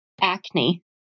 acne